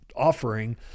offering